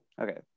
Okay